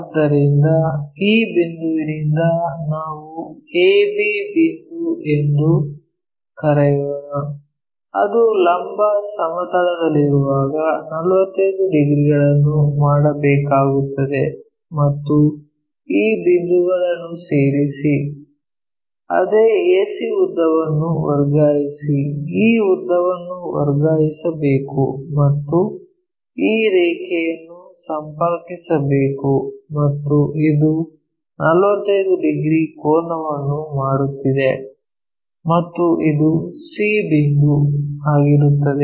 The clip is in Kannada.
ಆದ್ದರಿಂದ ಈ ಬಿಂದುವಿನಿಂದ ನಾವು a b ಬಿಂದು ಎಂದು ಕರೆಯೋಣ ಅದು ಲಂಬ ಸಮತಲದಲ್ಲಿರುವಾಗ 45 ಡಿಗ್ರಿಗಳನ್ನು ಮಾಡಬೇಕಾಗುತ್ತದೆ ಮತ್ತು ಈ ಬಿಂದುಗಳನ್ನು ಸೇರಿಸಿ ಅದೇ ac ಉದ್ದವನ್ನು ವರ್ಗಾಯಿಸಿ ಈ ಉದ್ದವನ್ನು ವರ್ಗಾಯಿಸಬೇಕು ಮತ್ತು ಈ ರೇಖೆಯನ್ನು ಸಂಪರ್ಕಿಸಬೇಕು ಮತ್ತು ಇದು 45 ಡಿಗ್ರಿ ಕೋನವನ್ನು ಮಾಡುತ್ತಿದೆ ಮತ್ತು ಇದು c ಬಿಂದು ಆಗಿರುತ್ತದೆ